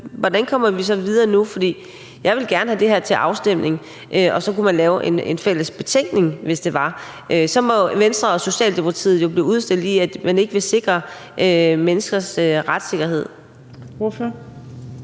Hvordan kommer vi så videre nu? For jeg vil gerne have det her til afstemning, og så kunne man lave en fælles betænkning, hvis det var. Så må Venstre og Socialdemokratiet jo blive udstillet i, at man ikke vil sikre menneskers retssikkerhed.